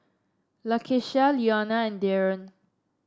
Lakeshia Leona and Daron